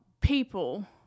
people